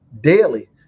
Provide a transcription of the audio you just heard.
daily